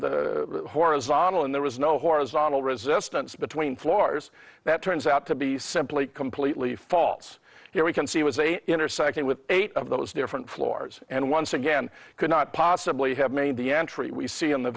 the horizontal and there was no horizontal resistance between floors that turns out to be simply completely false here we can see it was a intersecting with eight of those different floors and once again could not possibly have made the entry we see in the